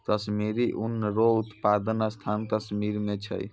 कश्मीरी ऊन रो उप्तादन स्थान कश्मीर मे छै